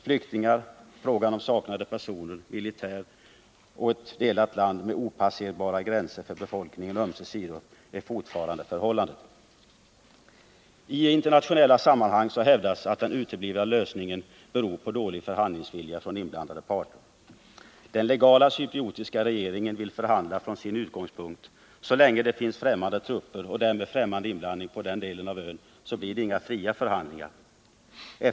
Flyktingar, saknade personer, militärmakt och ett delat land med opasserbara gränser för befolkningen på ömse sidor tillhör fortfarande bilden. I internationella sammanhang hävdas att den uteblivna lösningen beror på dålig förhandlingsvilja från inblandade parter. Den legala cypriotiska regeringen vill förhandla från sin utgångspunkt — så länge det finns främmande trupper och därmed främmande inblandning på den delen av ön blir det inga fria förhandlingar.